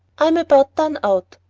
i'm about done out.